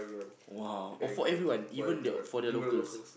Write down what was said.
!wow! oh for everyone even the for the locals